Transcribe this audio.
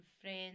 friends